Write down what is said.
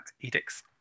edicts